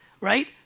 right